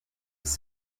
was